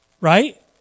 right